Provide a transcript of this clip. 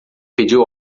pediu